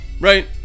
right